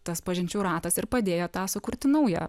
tas pažinčių ratas ir padėjo tą sukurti naują